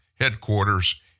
headquarters